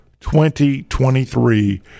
2023